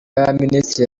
y’abaminisitiri